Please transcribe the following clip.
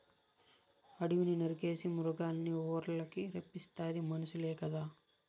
అడివిని నరికేసి మృగాల్నిఊర్లకి రప్పిస్తాది మనుసులే కదా